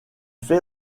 fait